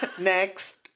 Next